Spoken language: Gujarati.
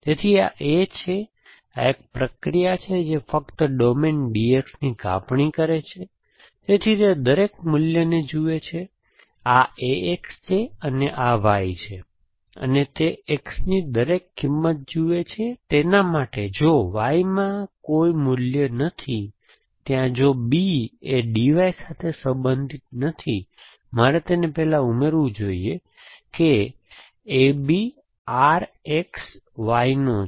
તેથી આ A છે આ એક પ્રક્રિયા છે જે ફક્ત ડોમેન DX ની કાપણી કરે છે તેથી તે દરેક મૂલ્યને જુએ છે આ AX છે અને આ Y છે અને તે X ની દરેક કિંમત જુએ છે તેના માટે જો Y માં કોઈ મૂલ્ય નથી ત્યાં જો B એ DY સાથે સંબંધિત નથી મારે તેને પહેલા ઉમેરવું જોઈએ કે AB RX Y નો છે